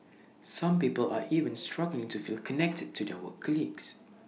some people are even struggling to feel connected to their work colleagues